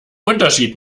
unterschied